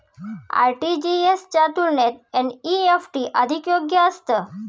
RTGS च्या तुलनेत NEFT अधिक योग्य असतं